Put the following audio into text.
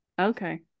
Okay